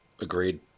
Agreed